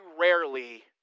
rarely